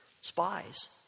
spies